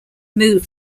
moved